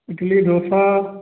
Italy dosa